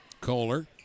Kohler